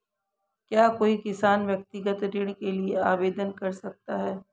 क्या कोई किसान व्यक्तिगत ऋण के लिए आवेदन कर सकता है?